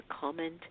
comment